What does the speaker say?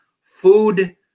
food